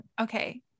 Okay